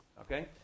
Okay